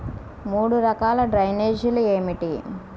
మూడు రకాల డ్రైనేజీలు ఏమిటి?